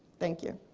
thank you.